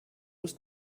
ist